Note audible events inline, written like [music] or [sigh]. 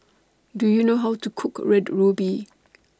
Do YOU know How to Cook Red Ruby [noise]